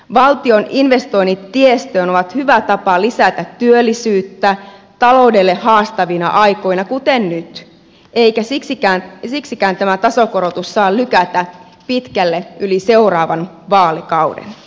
valtion investoinnit tiestöön ovat hyvä tapa lisätä työllisyyttä taloudelle haastavina aikoina kuten nyt eikä siksikään tätä tasokorotusta saa lykätä pitkälle yli seuraavan vaalikauden